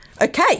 Okay